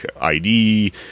ID